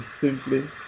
simply